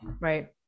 right